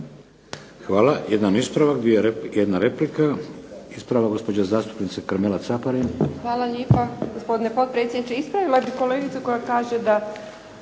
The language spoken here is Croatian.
Hvala. Jedan ispravak, jedna replika. Ispravak gospođa zastupnica Karmela Caparin. **Caparin, Karmela (HDZ)** Hvala lijepo gospodine potpredsjedniče. Ispravila bih kolegicu koja kaže da